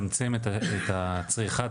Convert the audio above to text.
יש לכם פה אחריות,